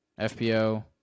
FPO